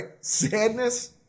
Sadness